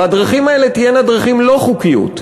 והדרכים האלה תהיינה דרכים לא חוקיות.